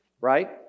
right